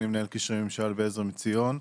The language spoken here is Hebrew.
אני מנהל קשרי ממשל בעזר מציון.